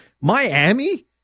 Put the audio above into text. Miami